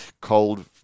cold